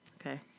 Okay